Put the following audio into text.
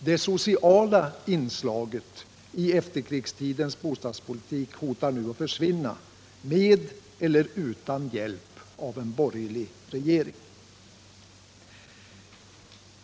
Det sociala inslaget i efterkrigstidens bostadspolitik hotar nu att försvinna, med eller utan hjälp av en borgerlig regering.